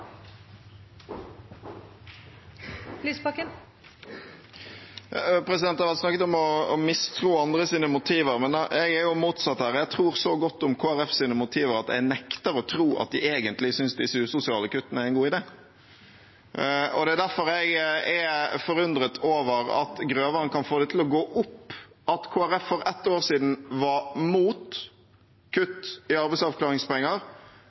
det motsatte her: Jeg tror så godt om Kristelig Folkepartis motiver at jeg nekter å tro at de egentlig synes disse usosiale kuttene er en god idé. Det er derfor jeg er forundret over at representanten Grøvan kan få det til å gå opp at Kristelig Folkeparti for ett år siden var imot kutt i arbeidsavklaringspenger,